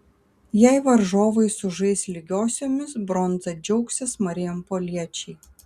jei varžovai sužais lygiosiomis bronza džiaugsis marijampoliečiai